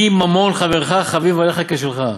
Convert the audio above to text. יהי ממון חברך חביב עליך כשלך,